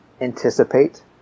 anticipate